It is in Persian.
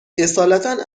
اصالتا